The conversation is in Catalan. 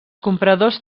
compradors